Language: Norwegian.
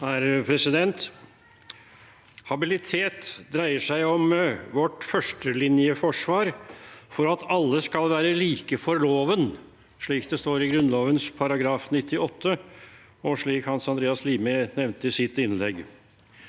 Habilitet dreier seg om vårt førstelinjeforsvar for at alle skal være like for loven, slik det står i Grunnloven § 98, og slik Hans Andreas Limi nevnte i sitt innlegg.